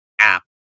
app